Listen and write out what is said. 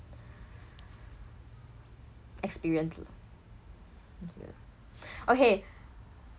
experience lah okay